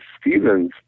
Stevens